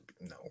No